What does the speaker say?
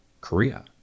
korea